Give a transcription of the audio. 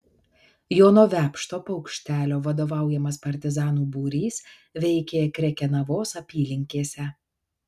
jono vepšto paukštelio vadovaujamas partizanų būrys veikė krekenavos apylinkėse